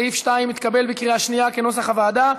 סעיף 2 התקבל בקריאה שנייה כנוסח הוועדה.